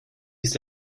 ist